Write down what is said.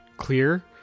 clear